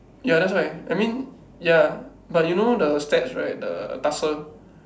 ya that's why I mean ya but you know the stats right the tussle